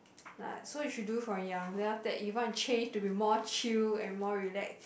like so you should do from young then after that if you want to change to be more chill and more relax